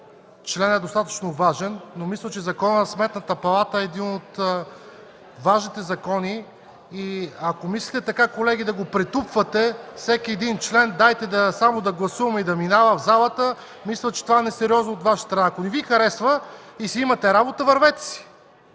членът е достатъчно важен. Мисля, че Законът за Сметната палата е един от важните закони. Ако мислите така, колеги, да претупвате всеки един член, дайте само да гласуваме и да минава в залата, това е несериозно от Ваша страна. Ако не Ви харесва и си имате работа, вървете си.